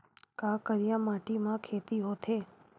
का करिया माटी म खेती होथे?